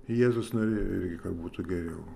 jėzus norėjo kad būtų geriau